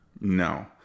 No